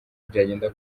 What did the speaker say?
byagenda